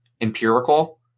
empirical